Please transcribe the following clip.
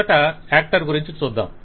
మొదట యాక్టర్ గురించి చూద్దాం